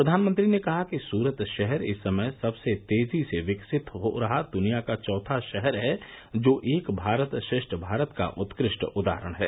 प्रधानमंत्री ने कहा कि सूरत शहर इस समय सबसे तेजी से विकसित हो रहा दुनिया का चौथा शहर है जो एक भारत श्रेष्ठ भारत का उत्कृष्ट उदाहरण है